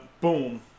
boom